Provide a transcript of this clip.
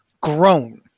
grown